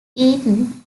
eaten